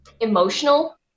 emotional